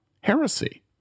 heresy